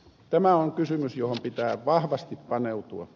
tämä on kysymys johon pitää vahvasti paneutua